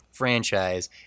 franchise